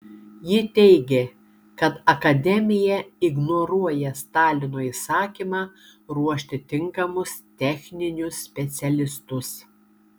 ji teigė kad akademija ignoruoja stalino įsakymą ruošti tinkamus techninius specialistus